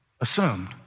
assumed